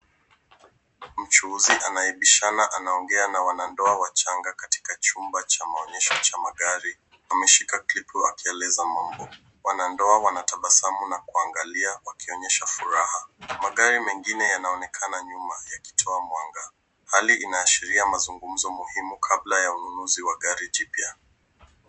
Mchuuzi anayebishana anaongea na wanandoa wachanga katika chumba cha maonyesho cha magari. Ameshika kitu akieleza mambo. Wanandoa wanatabasamu na kuangalia wakionyesha furaha. Magari mengine yanaonekana nyuma yakitoa mwanga. Hali inaashiria mazungumzo muhimu kabla ya ununuzi wa gari jipya.